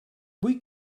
vull